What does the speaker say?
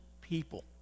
people